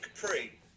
Capri